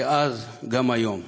כאז גם היום.